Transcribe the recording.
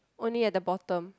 only at the bottom